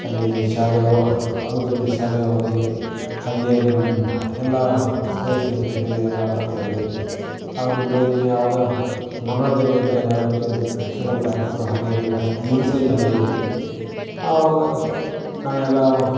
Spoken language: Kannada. ಅಲ್ಲಿ ಶಾಲೆಯು ಆಗುಂಬೆಯಲ್ಲಿನ ಶಾಲೆಗೆ ಹೋಗಿ ಅಲ್ಲಿ ಎಲ್ಲ ಸ್ನೇಹಿತರ ಜೊತೆಗೆ ಸೇರಿ ಎಲ್ಲ ಆಟಾಡ್ತಿದ್ವಿ ಆಗುಂಬೆಯಲ್ಲಿ ಆವಾಗ ಮನೋರಂಜನೆ ಅಂತ ಯಾವುದೋ ಪಿ ಫಿಲಮ್ ಟಾಕೀಸು ಹಾಗೇ ಏನಿಲ್ಲ ಈಗಲೂ ಸಹ ಇಲ್ಲ ಹಳ್ಳಿಯಲ್ಲಿ ಆವಾಗ ನಾವೆಲ್ಲ